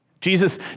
Jesus